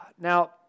Now